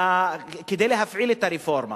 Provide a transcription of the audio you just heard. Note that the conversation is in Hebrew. כדי להפעיל את הרפורמה.